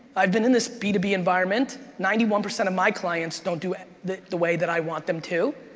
i've been in this b two b environment. ninety one percent of my clients don't do it the the way that i want them to.